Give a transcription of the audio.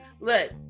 Look